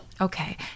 Okay